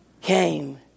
came